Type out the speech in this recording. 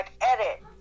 edit